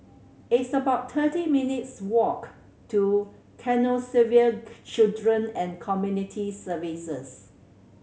it's about thirty minutes' walk to Canossaville Children and Community Services